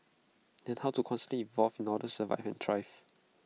and how to constantly evolve in order to survive and thrive